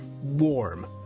warm